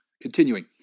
Continuing